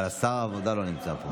אבל שר העבודה לא נמצא פה.